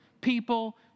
people